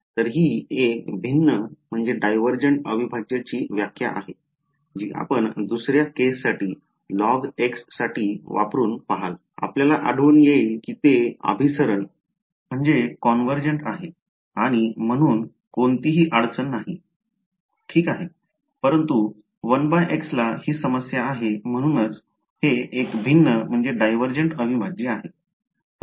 तर ही एक भिन्न अविभाज्यची व्याख्या आहे जी आपण दुसर्या केससाठी log साठी वापरुन पहाल आपल्याला आढळून येईल की ते अभिसरण आहे आणि म्हणून कोणतीही अडचण नाही ठीक आहे परंतु 1x ला ही समस्या आहे म्हणूनच हे एक भिन्न अविभाज्य आहे